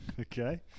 Okay